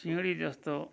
सिँढी जस्तो